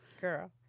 Girl